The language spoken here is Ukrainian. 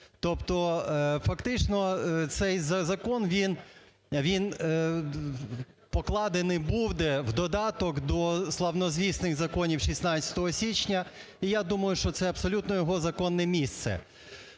Тобто, фактично, цей закон, він… він покладений буде в додаток до славнозвісних "законів 16 січня", і я думаю, що це абсолютно його законне місце.